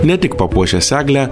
ne tik papuošęs eglę